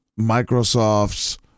Microsoft's